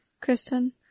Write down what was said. Kristen